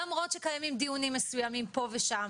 למרות שקיימים דיונים פה ושם,